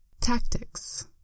Tactics